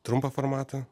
trumpą formatą